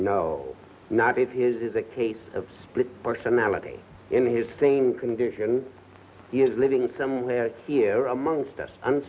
no not if he is a case of split personality in his team condition he is living somewhere here amongst us